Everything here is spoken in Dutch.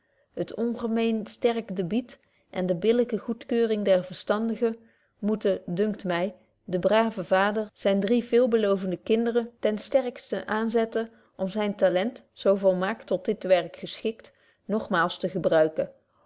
het ongemeen sterk debiet en de billyke goedkeuring der verstandigen moeten dunkt my den braven vader zyner drie veelbelovende kinderen ten sterksten aanzetten om zyn talent zo volmaakt tot dit werk geschikt nogmaals te gebruiken